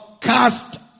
cast